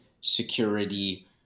security